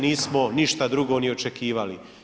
Nismo ništa drugo ni očekivali.